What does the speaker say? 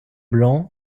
blanc